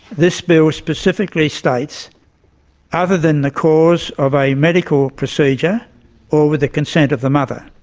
this bill specifically states other than the cause of a medical procedure or with the consent of the mother.